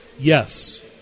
Yes